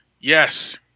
Yes